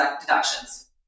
deductions